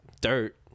dirt